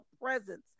presence